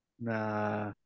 Nah